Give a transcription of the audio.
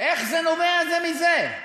איך נובע זה מזה?